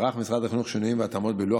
ערך משרד החינוך שינויים והתאמות בלוח